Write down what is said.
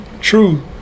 true